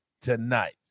tonight